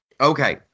Okay